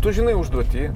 tu žinai užduotį